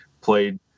played